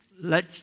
let